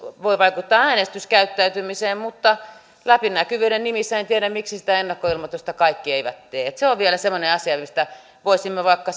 voi vaikuttaa äänestyskäyttäytymiseen mutta läpinäkyvyyden nimissä en tiedä miksi sitä ennakkoilmoitusta kaikki eivät tee että se on vielä semmoinen asia mistä voisimme vaikka